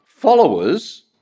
Followers